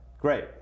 great